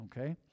okay